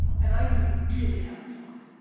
and and i mean, really have the talk.